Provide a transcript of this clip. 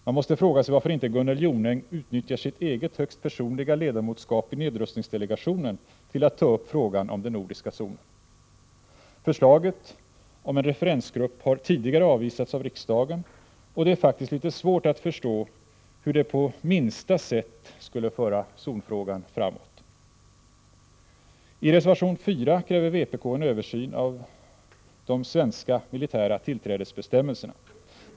Man måste fråga sig varför inte Gunnel Jonäng utnyttjar sitt eget högst personliga ledamotskap i nedrustningsdelegationen till att ta upp frågan om den nordiska zonen. Förslaget om en referensgrupp har tidigare avvisats av riksdagen, och det är faktiskt litet svårt att förstå hur det på minsta sätt skulle föra zonfrågan framåt. I reservation 4 kräver vpk en översyn av de svenska militära tillträdesbestämmelserna.